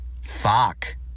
Fuck